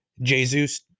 Jesus